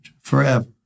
forever